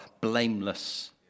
blameless